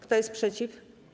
Kto jest przeciw?